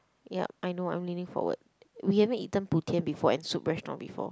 yup I know I'm leaning forward we haven't eaten Putien before and Soup Restaurant before